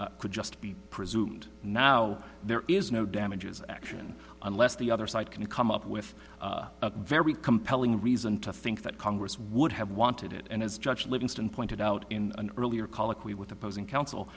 action could just be presumed now there is no damages action unless the other side can come up with a very compelling reason to think that congress would have wanted it and as judge livingston pointed out in an earlier colloquy with opposing counsel